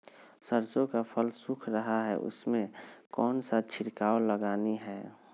सरसो का फल सुख रहा है उसमें कौन सा छिड़काव लगानी है?